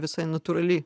visai natūrali